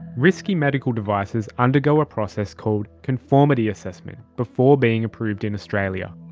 risky medical devices undergo a process called conformity assessment before being approved in australia.